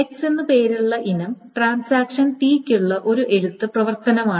x എന്ന് പേരുള്ള ഇനം ട്രാൻസാക്ഷൻ T യ്ക്കുള്ള ഒരു എഴുത്ത് പ്രവർത്തനമാണ്